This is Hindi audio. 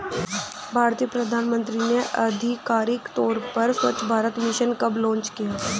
भारतीय प्रधानमंत्री ने आधिकारिक तौर पर स्वच्छ भारत मिशन कब लॉन्च किया?